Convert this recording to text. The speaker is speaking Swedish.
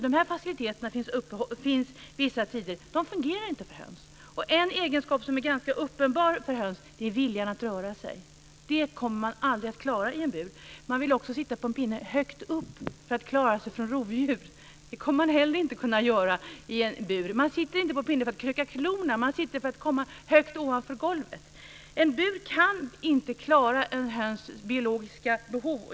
De här faciliteterna finns vissa tider, de fungerar inte för höns. En egenskap som är ganska uppenbar för höns är viljan att röra sig. Det kommer de aldrig att klara i en bur. De vill också sitta på en pinne högt upp för att klara sig från rovdjur. Det kommer de inte heller att kunna göra. De sitter inte på en pinne för att kröka klorna. De sitter där för att komma högt ovanför golvet. En bur kan inte uppfylla ett höns biologiska behov.